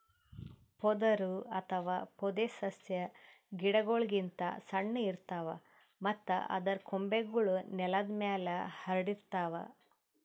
ಪೊದರು ಅಥವಾ ಪೊದೆಸಸ್ಯಾ ಗಿಡಗೋಳ್ ಗಿಂತ್ ಸಣ್ಣು ಇರ್ತವ್ ಮತ್ತ್ ಅದರ್ ಕೊಂಬೆಗೂಳ್ ನೆಲದ್ ಮ್ಯಾಲ್ ಹರ್ಡಿರ್ತವ್